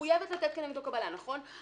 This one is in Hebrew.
אני מחויבת לתת כנגדו קבלה, נכון?